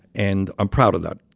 and i'm proud of that.